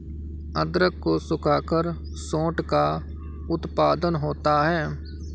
अदरक को सुखाकर सोंठ का उत्पादन होता है